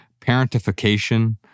parentification